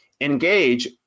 engage